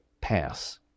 pass